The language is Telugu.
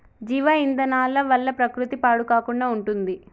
జీవ ఇంధనాల వల్ల ప్రకృతి పాడు కాకుండా ఉంటుంది